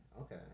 Okay